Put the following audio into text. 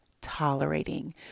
tolerating